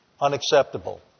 unacceptable